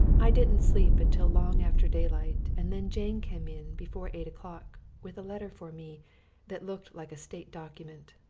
i didn't sleep until long after daylight and then jane came in before eight o'clock with a letter for me that looked like a state document.